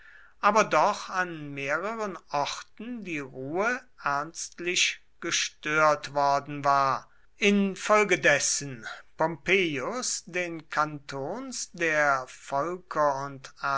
aber doch an mehreren orten die ruhe ernstlich gestört worden war infolgedessen pompeius den kantons der volker arekomiker und